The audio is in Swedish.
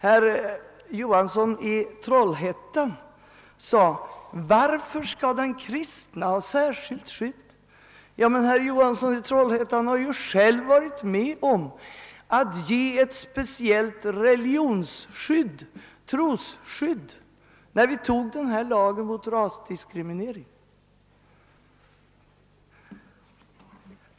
Herr Johansson i Troilhättan frågade varför de kristna skall ha särskilt skydd, men han har ju själv varit med om att ge ett speciellt religionsskydd, ett trosskydd, när vi tog denna lag mot rasdiskriminering.